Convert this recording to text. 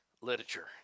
literature